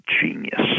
genius